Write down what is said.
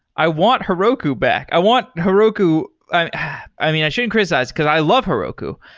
i want heroku back. i want heroku i i mean, i shouldn't criticize, because i love heroku.